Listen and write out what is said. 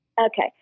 Okay